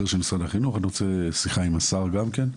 אני רוצה שיחה עם השר גם כן.